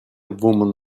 woman